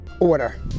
order